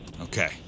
Okay